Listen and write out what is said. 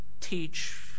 teach